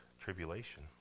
tribulation